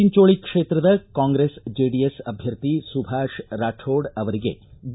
ಚಿಂಚೋಳಿ ಕ್ಷೇತ್ರದ ಕಾಂಗ್ರೆಸ್ ಜೆಡಿಎಸ್ ಅಭ್ದರ್ಥಿ ಸುಭಾಷ್ ರಾಕೋಡ್ ಅವರಿಗೆ ಬಿ